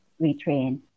retrain